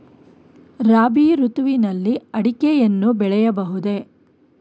ರಾಬಿ ಋತುವಿನಲ್ಲಿ ಅಡಿಕೆಯನ್ನು ಬೆಳೆಯಬಹುದೇ?